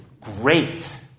great